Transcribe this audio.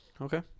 Okay